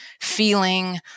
feeling